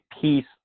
piece